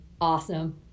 Awesome